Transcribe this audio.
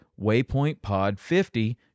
waypointpod50